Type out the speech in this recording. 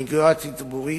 הסניגוריה הציבורית,